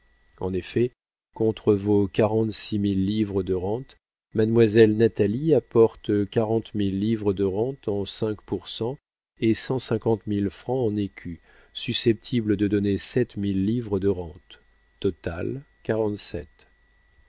en effet contre vos quarante-six mille livres de rentes mademoiselle natalie apporte quarante mille livres de rentes en cinq pour cent et cent cinquante mille francs en écus susceptibles de donner sept mille livres de rentes total